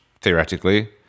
theoretically